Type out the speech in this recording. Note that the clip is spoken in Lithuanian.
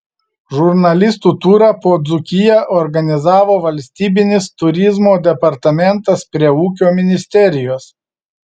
žurnalistų turą po dzūkiją organizavo valstybinis turizmo departamentas prie ūkio ministerijos